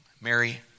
Mary